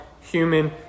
human